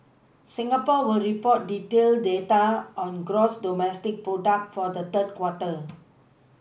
Singapore will report detailed data on gross domestic product for the third quarter